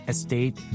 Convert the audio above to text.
Estate